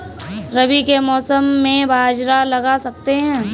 रवि के मौसम में बाजरा लगा सकते हैं?